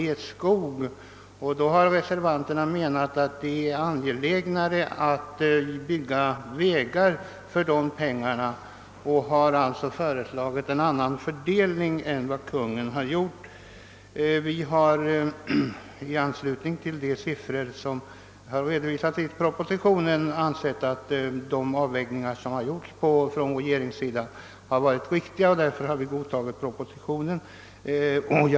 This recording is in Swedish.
Reservanterna har menat att det är angelägnare att bygga vägar för en del av dessa pengar, och de har därför föreslagit en annan fördelning än den av Kungl. Maj:t gjorda. Vi har ansett att de siffror som redovisas i propositionen och de avvägningar som gjorts av regeringen varit riktiga, och vi har därför godtagit propositionens förslag.